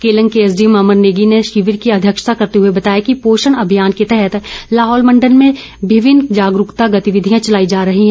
केलंग के एसडीएम अमर नेगी ने शिविर की अध्यक्षता करते हुए बताया कि पोषण अभियान के तहत लाहौल मण्डल में विभिन्न जागरूकता गतिविधियां चलाई जा रही हैं